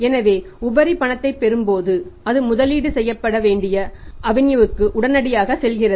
எனவே உபரி பணத்தைப் பெறும்போது அது முதலீடு செய்யப்பட வேண்டிய அவென்யூவுக்குச் உடனடியாக செல்கிறது